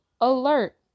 alert